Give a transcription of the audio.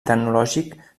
tecnològic